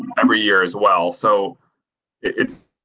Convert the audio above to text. every year as well, so it's.